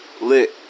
lit